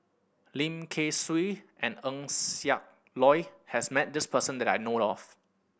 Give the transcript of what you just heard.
Lim Kay Siu and Eng Siak Loy has met this person that I know of